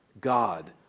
God